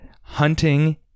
hunting